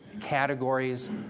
categories